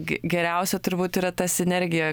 ge geriausia turbūt yra ta sinergija